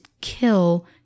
kill